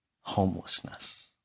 homelessness